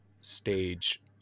stage